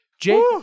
Jake